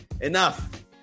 enough